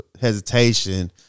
hesitation